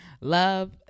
love